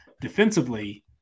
defensively